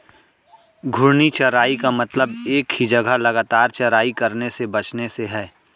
घूर्णी चराई का मतलब एक ही जगह लगातार चराई करने से बचने से है